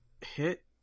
Hit